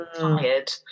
tired